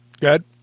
good